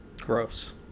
gross